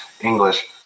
English